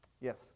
Yes